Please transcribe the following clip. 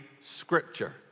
Scripture